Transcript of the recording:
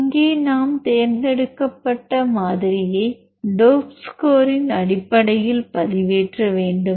இங்கே நாம் தேர்ந்தெடுக்கப்பட்ட மாதிரியை டோப் ஸ்கோரின் அடிப்படையில் பதிவேற்ற வேண்டும்